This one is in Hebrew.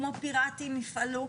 כמו פיראטים יפעלו.